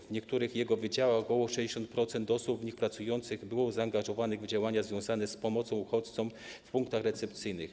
W niektórych jego wydziałach ok. 60% osób w nich pracujących było zaangażowanych w działania związane z pomocą uchodźcom w punkach recepcyjnych.